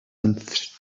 and